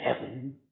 heaven